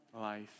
life